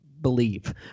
believe